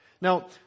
Now